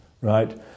right